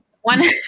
one